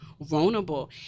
vulnerable